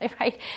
right